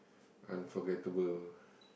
unforgettable